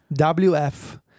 WF